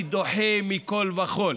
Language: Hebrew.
אני דוחה זאת מכול וכול,